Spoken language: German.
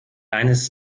eines